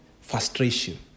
frustration